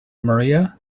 maria